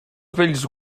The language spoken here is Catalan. vells